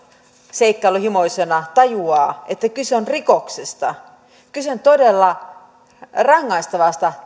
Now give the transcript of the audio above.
seikkailunhimoisena tajuaa että kyse on rikoksesta kyse on todella rangaistavasta